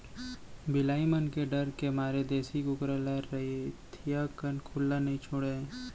बिलाई मन के डर के मारे देसी कुकरी ल रतिहा कन खुल्ला नइ छोड़े जाए